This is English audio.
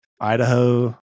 Idaho